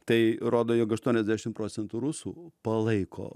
tai rodo jog aštuoniasdešim procentų rusų palaiko